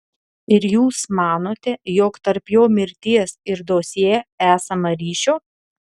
ir jūs manote jog tarp jo mirties ir dosjė esama ryšio